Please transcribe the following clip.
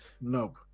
Nope